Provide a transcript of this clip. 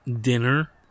Dinner